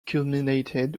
culminated